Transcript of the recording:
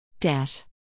Dash